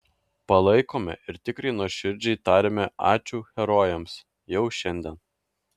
palaikome ir tikrai nuoširdžiai tariame ačiū herojams jau šiandien